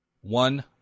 One